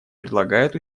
прилагает